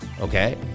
Okay